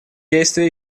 действия